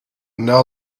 now